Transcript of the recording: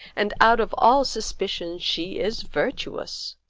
and, out of all suspicion, she is virtuous.